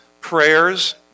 prayers